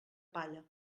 palla